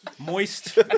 Moist